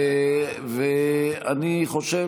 ואני חושב,